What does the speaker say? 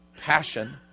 Passion